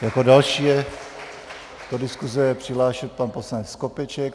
Jako další je do diskuse přihlášený pan poslanec Skopeček.